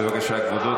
בבקשה, כבודו.